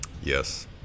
Yes